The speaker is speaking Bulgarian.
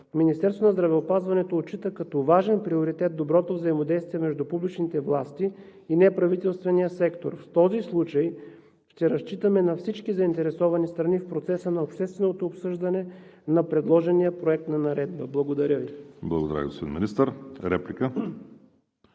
Министерството на здравеопазването отчита като важен приоритет доброто взаимодействие между публичните власти и неправителствения сектор. В този случай ще разчитаме на всички заинтересовани страни в процеса на общественото обсъждане на предложения проект на наредба. Благодаря Ви. ПРЕДСЕДАТЕЛ ВАЛЕРИ